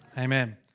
amen!